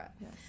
yes